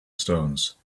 stones